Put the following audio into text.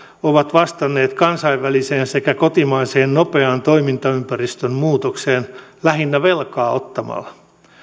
ovat vastanneet kansainväliseen sekä kotimaiseen nopeaan toimintaympäristön muutokseen lähinnä velkaa ottamalla